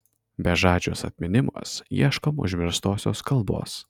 bežadžiuos atminimuos ieškom užmirštosios kalbos